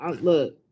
Look